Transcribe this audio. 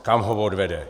Kam ho odvede?